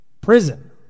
prison